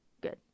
Good